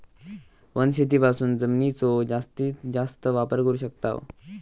वनशेतीपासून जमिनीचो जास्तीस जास्त वापर करू शकताव